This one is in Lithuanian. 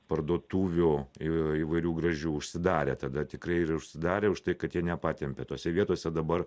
parduotuvių i įvairių gražių užsidarė tada tikrai ir užsidarė užtai kad jie nepatempė tose vietose dabar